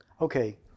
Okay